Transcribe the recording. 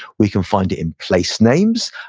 we can find it in place names.